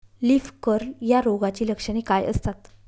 Leaf curl या रोगाची लक्षणे काय असतात?